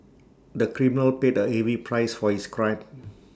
the criminal paid A heavy price for his crime